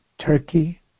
Turkey